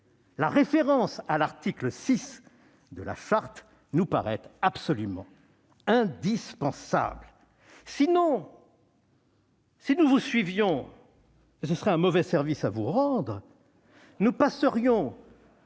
la référence à l'article 6 de la Charte nous paraît absolument indispensable. Vous suivre serait un mauvais service à vous rendre. Nous passerions